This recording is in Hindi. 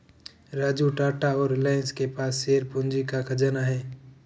राजू टाटा और रिलायंस के पास शेयर पूंजी का खजाना है